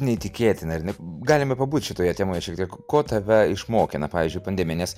neįtikėtina ar ne galime pabūt šitoje temoje šiek tiek ko tave išmokė na pavyzdžiui pandemija nes